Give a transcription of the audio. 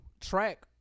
track